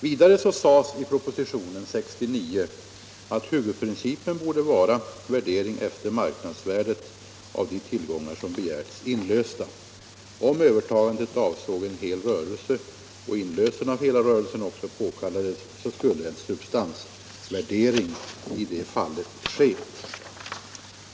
Vidare sades i propositionen år 1969 att huvudprincipen borde vara värdering efter marknadsvärdet av de tillgångar som begärs inlösta. Om övertagandet avsåg en hel rörelse och inlösen av hela rörelsen också påkallades, skulle en substansvärdering i det fallet ske.